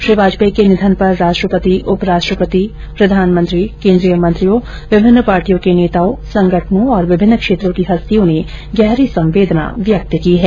श्री वाजपेयी के निधन पर राष्ट्रपति उपराष्ट्रपति प्रधानमंत्री केन्द्रीय मंत्रियों विभिन्न पार्टियों के नेताओं संगठनों और विभिन्न क्षेत्रों की हस्तियों ने गहरी संवेदना व्यक्त की है